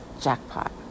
jackpot